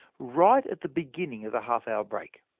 right at the beginning of the half-hour break.